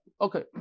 Okay